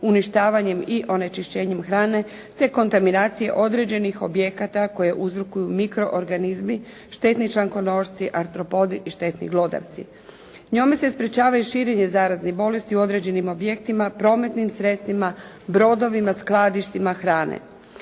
uništavanjem i onečišćenjem hrane, te kontaminacija određenih objekata koje uzrokuju mikroorganizmi, štetni člankonošci, artropodi i štetni glodavci. Njome se sprječava i širenje zaraznih bolesti u određenim objektima, prometnim sredstvima, brodovima, skladištima hrane.